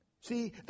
See